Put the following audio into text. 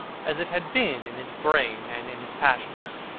as it had been in his brain and in his passions.